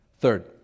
Third